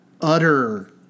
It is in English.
utter